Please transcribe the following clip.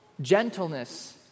Gentleness